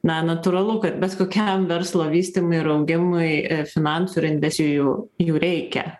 na natūralu kad bet kokiam verslo vystymui ir augimui finansų ir investicijų jų reikia